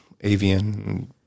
avian